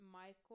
Michael